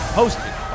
hosted